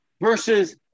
Versus